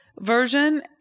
version